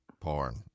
porn